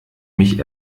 mich